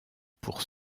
pour